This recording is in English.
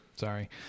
Sorry